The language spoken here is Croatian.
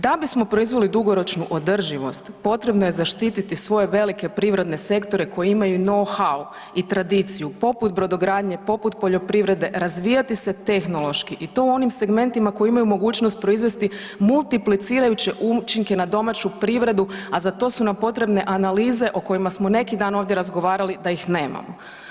Da bismo proizveli dugoročnu održivost potrebno je zaštiti svoje velike privredne sektore koji imaju no …/nerazumljivo/… i tradiciju poput brodogradnje, poput poljoprivrede, razvijati se tehnološki i to u onim segmentima koji imaju mogućnost proizvesti multiplicirajuće učinke na domaću privredu, a za to su nam potrebne analize o kojima smo neki dan ovdje razgovarali da ih nemamo.